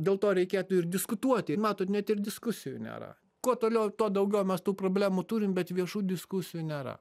dėl to reikėtų ir diskutuoti matot net ir diskusijų nėra kuo toliau tuo daugiau mes tų problemų turim bet viešų diskusijų nėra